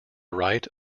right